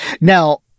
Now